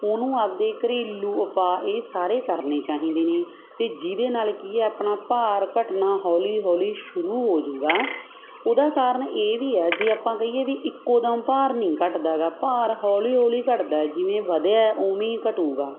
ਉਹਨੂੰ ਆਪਣੇ ਘਰੇਲੂ ਉਪਾਅ ਇਹ ਸਾਰੇ ਕਰਨੇ ਚਾਹੀਦੇ ਨੇ ਅਤੇ ਜਿਹਦੇ ਨਾਲ ਕੀ ਹੈ ਆਪਣਾ ਭਾਰ ਘਟਣਾ ਹੌਲੀ ਹੌਲੀ ਸ਼ੁਰੂ ਹੋ ਜੂਗਾ ਉਹਦਾ ਕਾਰਨ ਇਹ ਵੀ ਹੈ ਜੇ ਆਪਾਂ ਕਹੀਏ ਵੀ ਇੱਕੋ ਦਮ ਭਾਰ ਨਹੀਂ ਘਟਦਾ ਹੈਗਾ ਭਾਰ ਹੌਲੀ ਹੌਲੀ ਘਟਦਾ ਜਿਵੇਂ ਵਧਿਆ ਉਵੇਂ ਹੀ ਘਟੂਗਾ